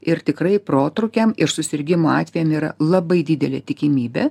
ir tikrai protrūkiam ir susirgimo atvejam yra labai didelė tikimybė